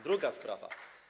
Druga sprawa.